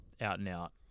out-and-out